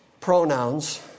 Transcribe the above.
pronouns